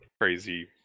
crazy